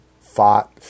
fought